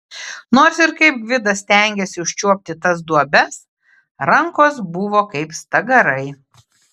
nors ir kaip gvidas stengėsi užčiuopti tas duobes rankos buvo kaip stagarai